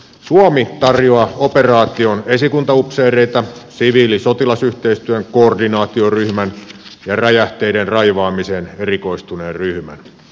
suomi tarjoaa operaatioon esikuntaupseereita siviilisotilas yhteistyön koordinaatioryhmän ja räjähteiden raivaamiseen erikoistuneen ryhmän